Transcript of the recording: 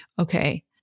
Okay